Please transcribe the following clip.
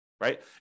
right